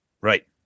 Right